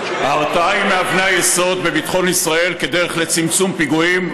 ההרתעה היא מאבני היסוד בביטחון ישראל כדרך לצמצום פיגועים,